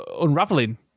unraveling